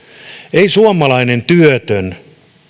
ei suomalainen työtön